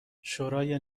شورای